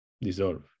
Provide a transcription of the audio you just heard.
dissolve